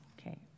Okay